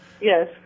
Yes